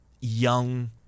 young